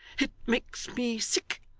it makes me sick